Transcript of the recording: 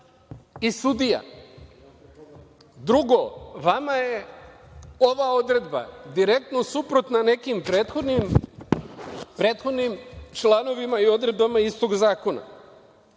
i sudija. Drugo, vama je ova odredba direktno suprotna nekim prethodnim članovima i odredbama istog zakona.